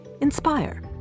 inspire